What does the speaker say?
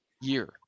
year